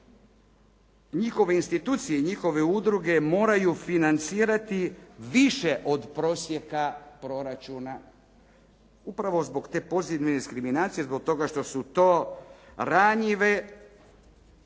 njihove institucije i njihove udruge moraju financirati više od prosjeka proračuna upravo zbog te pozitivne diskriminacije, zbog toga što su to ranjive